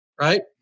Right